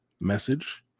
message